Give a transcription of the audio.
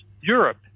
Europe